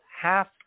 half